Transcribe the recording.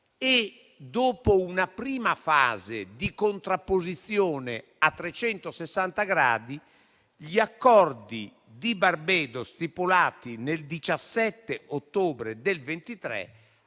dopo una prima fase di contrapposizione a 360 gradi, gli Accordi di Barbados, stipulati il 17 ottobre 2023,